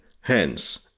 Hence